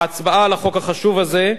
ההצבעה על החוק החשוב הזה,